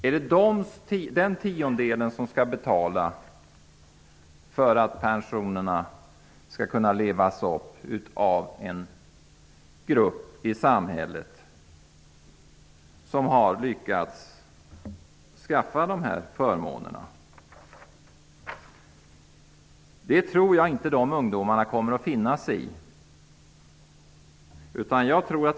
Är det den tiondelen som skall betala för att pensionerna skall kunna levas upp av en grupp i samhället som har lyckats skaffa sig dessa förmåner? Det tror jag inte att ungdomarna kommer att finna sig i.